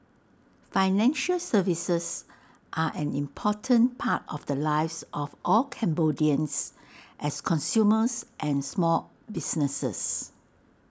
financial services are an important part of the lives of all Cambodians as consumers and small businesses